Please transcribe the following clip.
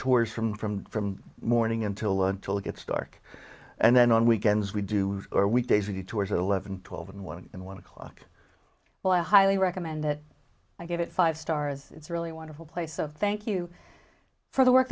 tours from from from morning until until it gets dark and then on weekends we do our weekdays and he tours eleven twelve and one and one o'clock well i highly recommend it i give it five stars it's really wonderful place so thank you for the work